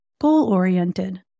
goal-oriented